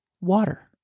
water